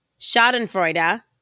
schadenfreude